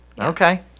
Okay